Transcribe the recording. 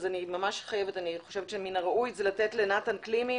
אז מן הראוי לתת לדבר לנתן קלימי,